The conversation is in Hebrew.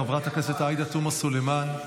חברת הכנסת עאידה תומה סלימאן,